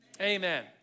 Amen